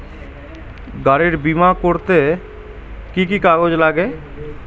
গাড়ীর বিমা করতে কি কি কাগজ লাগে?